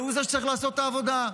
והוא זה שצריך לעשות את העבודה.